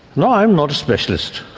no i'm not a specialist.